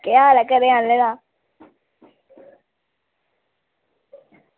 केह् हाल ऐ घरें आह्लें दा